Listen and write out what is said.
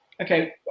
okay